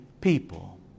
people